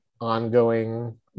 ongoing